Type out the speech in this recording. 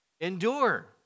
Endure